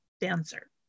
dancer